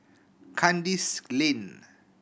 Kandis Lane